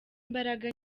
imbaraga